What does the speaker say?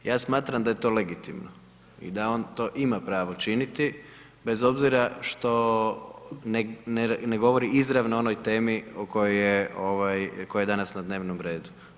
Ja smatram da je to legitimno i da on to ima pravo činiti, bez obzira što ne govori izravno o onoj temi, koja je danas na dnevnom redu.